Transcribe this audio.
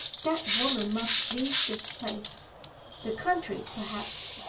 that woman must leave this place the country perhaps.